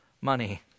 money